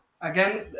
again